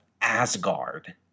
Asgard